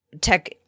tech